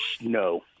No